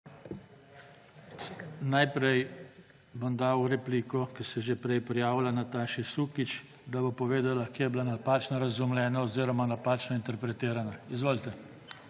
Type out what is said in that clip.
Najprej bom dal repliko, ker se je že prej prijavila, Nataši Sukič, da bo povedala, kje je bila napačno razumljena oziroma napačno interpretirana. Izvolite.